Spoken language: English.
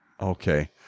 Okay